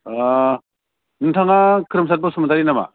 नोंथाङा खोरोमसार बसुमतारि नामा